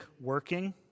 working